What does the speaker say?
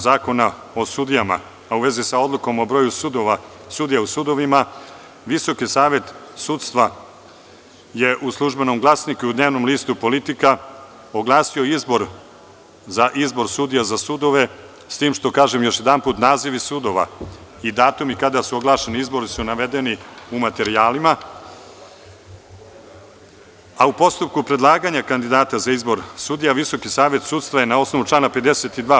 Zakona o sudijama, a u vezi sa Odlukom o broju sudija u sudovima, Visoki savet sudstva u „Službenom glasniku“ i u dnevnom listu „Politika“ oglasio izbor sudija za sudove, s tim što, kažem još jedanput, nazivi sudova i datumi kada su oglašeni izbori su navedeni u materijalima, a u postupku predlaganja kandidata za izbor sudija Visoki savet sudstva je, na osnovu člana 52.